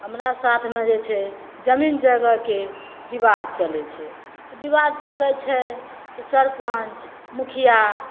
हमरा साथमे जे छै जमीन जगहके विवाद चलै छै तऽ विवाद चलै छै तऽ सरपञ्च मुखिआ